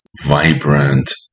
vibrant